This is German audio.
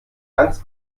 ganz